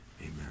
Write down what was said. Amen